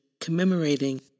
commemorating